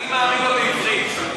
אני מאמין לו בעברית.